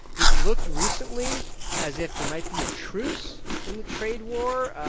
it looked recently as if there might be a truce in the trade war,